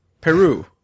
Peru